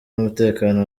n’umutekano